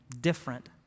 different